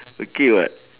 okay [what]